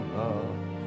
love